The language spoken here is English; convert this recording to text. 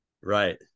Right